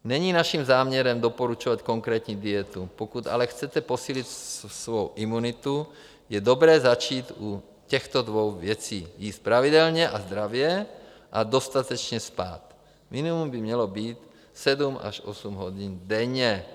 Není naším záměrem doporučovat konkrétní dietu, pokud ale chcete posílit svou imunitu, je dobré začít u těchto dvou věcí: jíst pravidelně a zdravě a dostatečně spát, minimum by mělo být 7 až 8 hodin denně)